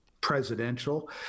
presidential